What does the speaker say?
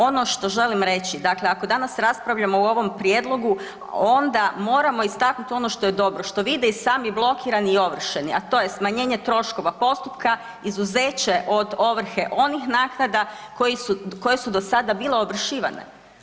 Ono što želim reći, dakle ako danas raspravljamo o ovom prijedlogu onda moramo istaknuti ono što je dobro, što vide i sami blokirani i ovršeni a to je smanjenje troškova postupka, izuzeće od ovrhe onih naknada koje su dosada bile ovršivane.